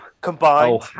Combined